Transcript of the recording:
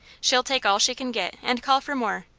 she'll take all she can get, and call for more.